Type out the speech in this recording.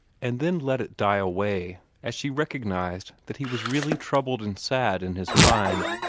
and then let it die away as she recognized that he was really troubled and sad in his mind.